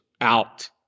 out